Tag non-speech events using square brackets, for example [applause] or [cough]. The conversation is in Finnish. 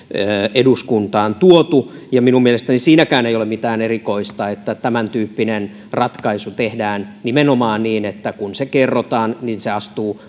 eduskuntaan tuotu minun mielestäni siinäkään ei ole mitään erikoista että tämäntyyppinen ratkaisu tehdään nimenomaan niin että kun se kerrotaan niin se astuu [unintelligible]